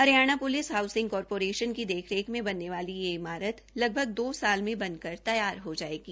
Haryana police housing corporation की देखरेख में बनने वाली यह इमारत लगभग दो साल में बनकर तैयार हो जायेगी